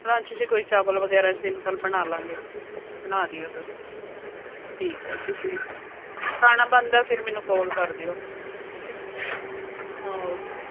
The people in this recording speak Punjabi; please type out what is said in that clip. ਲੰਚ 'ਚ ਕੋਈ ਚਾਵਲ ਵਗੈਰਾ ਸਿੰਪਲ ਬਣਾ ਲਵਾਂਗੇ ਬਣਾ ਦਿਓ ਤੁਸੀਂ ਠੀਕ ਹੈ ਤੁਸੀਂ ਖਾਣਾ ਬਣਦਾ ਫਿਰ ਮੈਨੂੰ ਕੌਲ ਕਰ ਦਿਓ ਓਕੇ ਓਕੇ